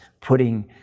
putting